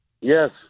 Yes